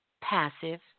Passive